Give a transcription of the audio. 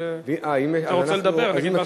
קריאה ראשונה.